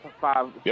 five